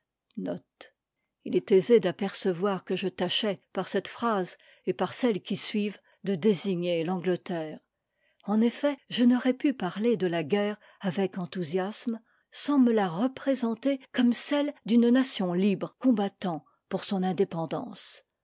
il est aisé d'apercevoir que je tachais par cette phrase et par celles qui suivent de désigner l'angleterre en effet je n'aurais pu parler de la guerre avec enthousiasme sans me la représenter comme celle d'une nation libre combattant pour son indépendance